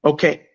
Okay